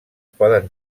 poden